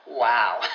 wow